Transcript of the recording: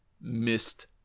missed